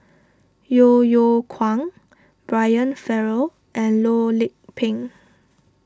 Yeo Yeow Kwang Brian Farrell and Loh Lik Peng